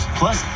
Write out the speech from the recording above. plus